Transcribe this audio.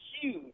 huge